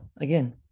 again